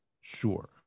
Sure